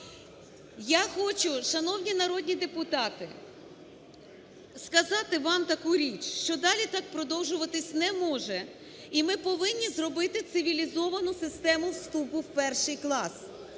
Я хочу, шановні народні депутати, сказати вам таку річ, що далі так продовжуватись не може. І ми повинні зробити цивілізовану систему вступу в 1-й клас.